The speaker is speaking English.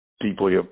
deeply